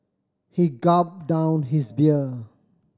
he gulp down his beer